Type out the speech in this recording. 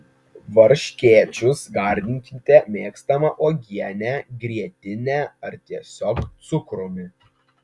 varškėčius gardinkite mėgstama uogiene grietine ar tiesiog cukrumi